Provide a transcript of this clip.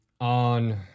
on